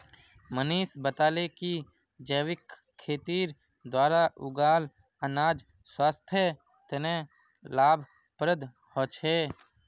मनीष बताले कि जैविक खेतीर द्वारा उगाल अनाज स्वास्थ्य तने लाभप्रद ह छे